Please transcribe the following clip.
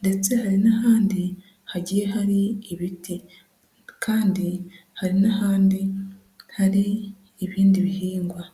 ndetse hari n'ahandi hagiye hari ibiti kandi hari n'ahandi hari ibindi bihingwa.